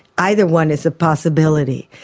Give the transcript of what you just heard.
either one is a possibility.